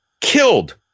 killed